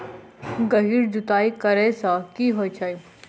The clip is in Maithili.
गहिर जुताई करैय सँ की होइ छै?